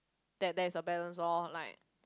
that there is a balance orh like